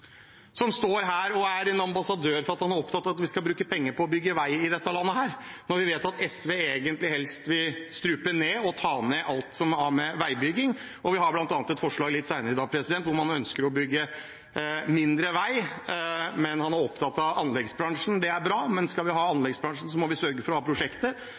som står her og er ambassadør for og opptatt av at vi skal bruke penger på å bygge vei i dette landet, når vi vet at SV egentlig helst vil strupe ned på alt som har med veibygging å gjøre. De har bl.a. et forslag litt senere i dag der man ønsker å bygge mindre vei. Han er opptatt av anleggsbransjen, og det er bra, men skal vi ha en anleggsbransje, må vi sørge for å ha